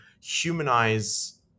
humanize